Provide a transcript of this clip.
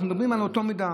אנחנו מדברים על אותה מידה,